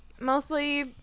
Mostly